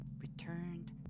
returned